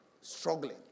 struggling